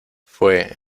fue